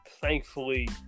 thankfully